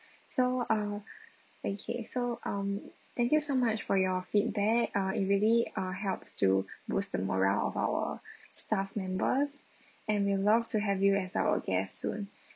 so uh okay so um thank you so much for your feedback uh it really uh helps to boost the morale of our staff members and we'll love to have you as our guest soon